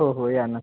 हो हो या नक्की